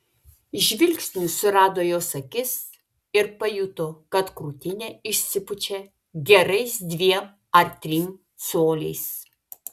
žvilgsniu surado jos akis ir pajuto kad krūtinė išsipučia gerais dviem ar trim coliais